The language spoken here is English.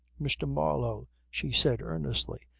mr. marlow, she said earnestly.